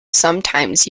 sometimes